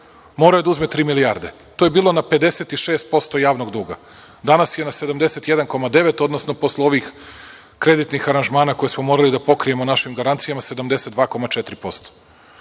morao je da uzme tri milijarde. To je bilo na 56% javnog duga. Danas je na 71,9, odnosno posle ovih kreditnih aranžamana koje smo morali da pokrijemo našim garancijama, 72,4%.Mi